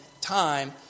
time